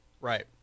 Right